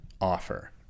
offer